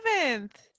seventh